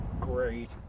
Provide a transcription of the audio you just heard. Great